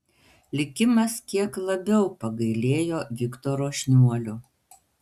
likimas kiek labiau pagailėjo viktoro šniuolio